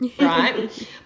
right